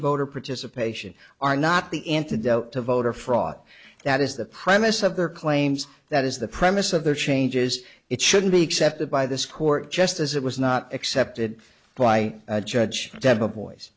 voter participation are not the antidote to voter fraud that is the premise of their claims that is the premise of their changes it shouldn't be accepted by this court just as it was not accepted by a judge